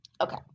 okay